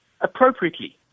appropriately